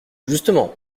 justement